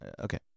Okay